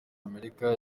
amerika